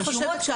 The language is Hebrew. ברשומות,